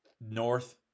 North